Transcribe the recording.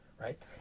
right